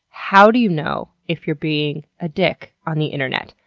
how do you know if you're being a dick on the internet?